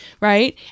right